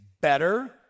better